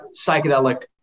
psychedelic